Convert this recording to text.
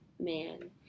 man